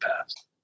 past